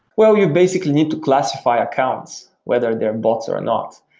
well, you basically need to classify accounts, whether they're bots or not.